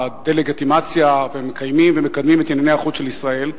בדה-לגיטימציה ומקיימים ומקדמים את ענייני החוץ של ישראל,